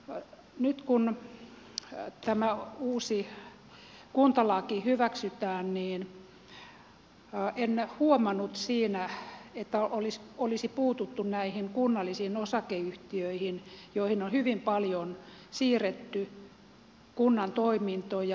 nyt kun tämä uusi kuntalaki hyväksytään niin en huomannut että siinä olisi puututtu näihin kunnallisiin osakeyhtiöihin joihin on hyvin paljon siirretty kunnan toimintoja